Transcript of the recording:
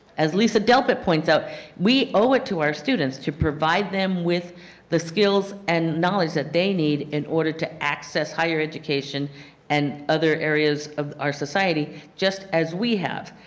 as lisa delp and points out we owe it to our students to provide them with the skills and knowledge that they need in order to access higher education and other areas of our society just as we have.